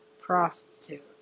prostitute